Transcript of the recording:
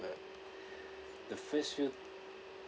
but the first few